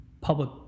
public